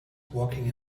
walking